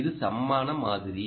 இது சமமான மாதிரி